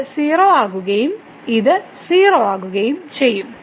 ഇത് 0 ആകുകയും ഇത് 0 ആകുകയും ചെയ്യും